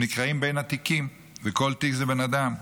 הם נקרעים בין התיקים, וכל תיק זה בן אדם.